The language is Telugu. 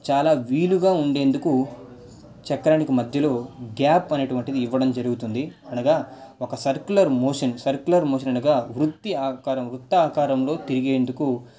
చాలా వీలుగా ఉండేందుకు చక్రానికి మధ్యలో గ్యాప్ అనేటువంటిది ఇవ్వడం జరుగుతుంది అనగా ఒక సర్కులర్ మోషన్ సర్కులర్ మోషన్ అనగా వృత్తి ఆకారం వృత్తాకారంలో తిరిగేందుకు